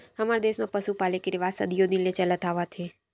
हमर देस म पसु पाले के रिवाज सदियो दिन ले चलत आवत हे